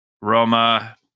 Roma